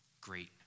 great